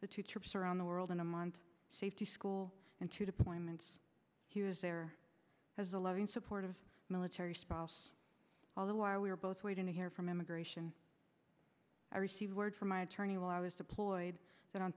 the two trips around the world in a month safety school and two deployments he was there as a loving supportive military spouse all the while we were both waiting to hear from immigration i received word from my attorney while i was deployed that on